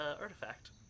artifact